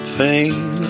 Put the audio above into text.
pain